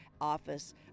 Office